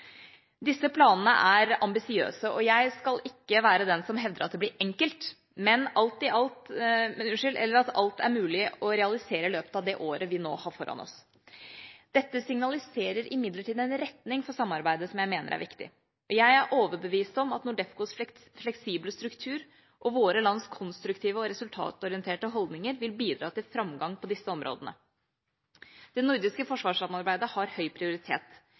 Disse planene er ambisiøse, og jeg skal ikke være den som hevder at det blir enkelt, eller at alt er mulig å realisere i løpet av det året vi nå har foran oss. Dette signaliserer imidlertid en retning for samarbeidet som jeg mener er viktig. Jeg er overbevist om at NORDEFCOs fleksible struktur og våre lands konstruktive og resultatorienterte holdninger vil bidra til framgang på disse områdene. Det nordiske forsvarssamarbeidet har høy prioritet.